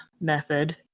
method